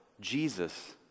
Jesus